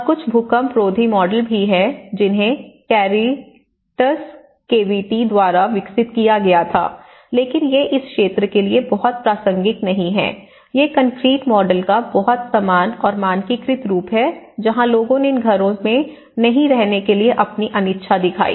और कुछ भूकंपरोधी मॉडल भी हैं जिन्हें कैरीटस केवीटी द्वारा विकसित किया गया था लेकिन ये इस क्षेत्र के लिए बहुत प्रासंगिक नहीं हैं ये कंक्रीट मॉडल का बहुत समान और मानकीकृत रूप हैं जहां लोगों ने इन घरों में नहीं रहने के लिए अपनी अनिच्छा दिखाई